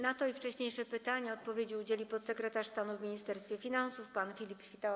Na to pytanie i wcześniejsze pytania odpowiedzi udzieli podsekretarz stanu w Ministerstwie Finansów pan Filip Świtała.